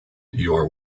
your